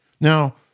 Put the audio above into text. Now